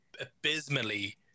abysmally